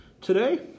today